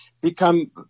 become